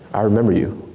i remember you.